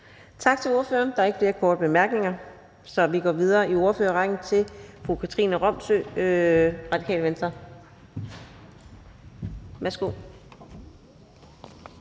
Tak til ordføreren. Der er ikke flere korte bemærkninger. Så vi går videre i ordførerrækken til fru Katrine Robsøe, Radikale Venstre. Værsgo.